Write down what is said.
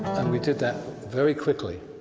and we did that very quickly.